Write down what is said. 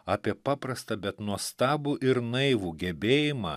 apie paprastą bet nuostabų ir naivų gebėjimą